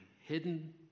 hidden